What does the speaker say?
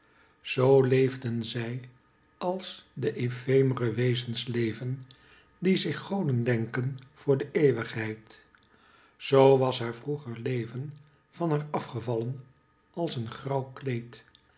zoo leefden zij als de efemere wezens leven die zich goden denken voor de eeuwigheid zoo was haar vroeger leven van haar afgevallen als een grauw kleed